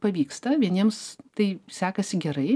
pavyksta vieniems tai sekasi gerai